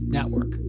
Network